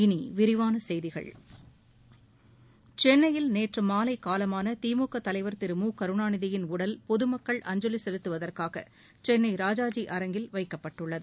இனி விரிவான செய்திகள் சென்னையில் நேற்று மாலை காலமான திமுக தலைவர் திரு மு கருணாநிதியின் உடல் பொதுமக்கள் அஞ்சலி செலுத்துவதற்காக சென்னை ராஜாஜி அரங்கில் வைக்கப்பட்டுள்ளது